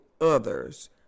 others